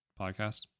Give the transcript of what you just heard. podcast